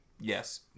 Yes